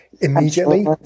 immediately